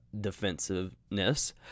defensiveness